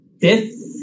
Fifth